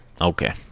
Okay